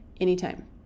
anytime